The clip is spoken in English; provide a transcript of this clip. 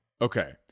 Okay